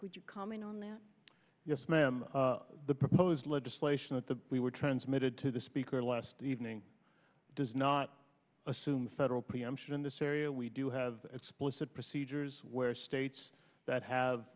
could you comment on that yes ma'am the proposed legislation that the we were transmitted to the speaker last evening does not assume federal preemption in this area we do explicit procedures where states that have